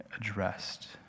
addressed